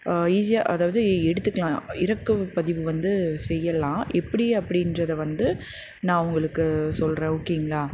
ஈஸியாக அதாவது எடுத்துக்கலாம் இறக்கவு பதிவு வந்து செய்யலாம் எப்படி அப்படின்றத வந்து நான் உங்களுக்கு சொல்கிறேன் ஓகேங்களா